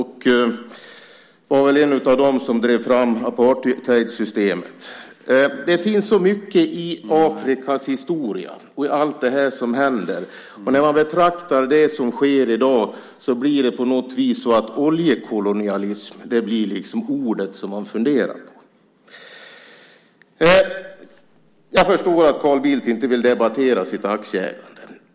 Han var väl en av dem som drev fram apartheidsystemet. Det finns så mycket i Afrikas historia, allt som händer där. När man betraktar det som sker i dag blir ordet oljekolonialism på något vis det ord man funderar på. Jag förstår att Carl Bildt inte vill debattera sitt aktieägande.